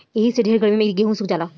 एही से ढेर गर्मी मे गेहूँ सुख जाला